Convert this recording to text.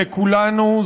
לכולנו,